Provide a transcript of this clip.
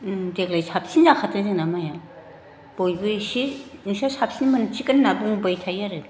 देग्लाय साबसिन जाखादों जोंना माइया बयबो इसे नोंस्रा साबसिन मोनसिगोन होनना बुंबाय थायो आरो